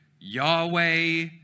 Yahweh